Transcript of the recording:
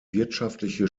wirtschaftliche